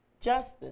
justice